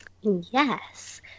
Yes